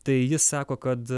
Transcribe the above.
tai ji sako kad